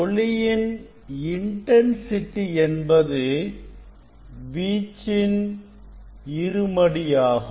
ஒளியின் இன்டன்சிட்டி என்பது வீச்சின் இருமடி ஆகும்